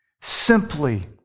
simply